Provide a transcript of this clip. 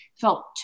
felt